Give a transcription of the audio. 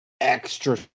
Extra